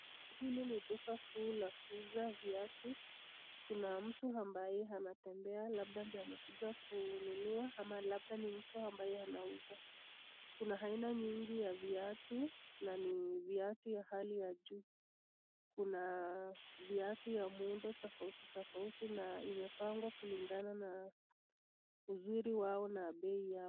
Hili ni duka kuu la kuuza viatu. Kuna mtu ambaye anatembea labda ndio amekuja kununua ama labda ni mtu ambaye anauza. Kuna aina nyingi ya viatu na ni viatu ya hali ya juu. Kuna viatu ya muundo tofauti tofauti na imepangwa kulingana na uzuri wao na bei yao.